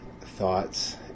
thoughts